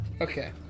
Okay